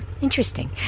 interesting